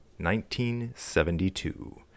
1972